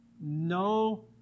no